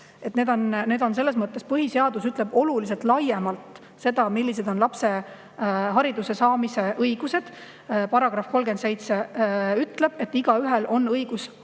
saada haridust. Põhiseadus ütleb oluliselt laiemalt seda, millised on lapse hariduse saamise õigused. Paragrahv 37 ütleb, et igaühel on õigus haridusele.